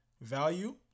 Value